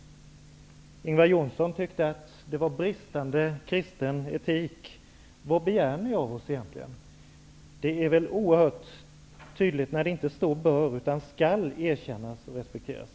Ingvar Johnsson tyckte att detta är uttryck för brist på kristen etik. Vad begär ni egentligen av oss? Det är väl oerhört tydligt när det inte står ''bör'' utan ''skall'' erkännas och respekteras.